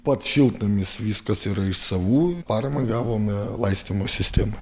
pats šiltnamis viskas yra iš savų paramą gavome laistymo sistemai